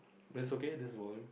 this okay this volume